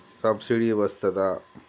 Subsidy వస్తదా?